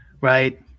right